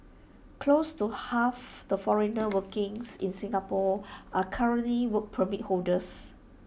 close to half the foreigners workings in Singapore are currently Work Permit holders